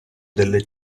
delle